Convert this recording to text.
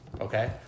okay